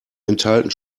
enthalten